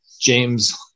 James